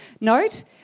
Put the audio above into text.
note